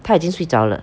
她已经睡着了